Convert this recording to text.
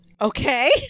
Okay